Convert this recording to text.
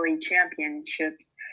Championships